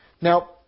Now